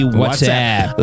whatsapp